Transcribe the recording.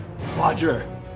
Roger